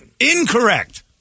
Incorrect